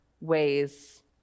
ways